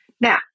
Now